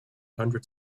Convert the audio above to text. hundred